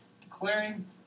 declaring